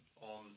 on